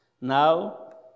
Now